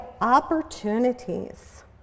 opportunities